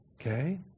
Okay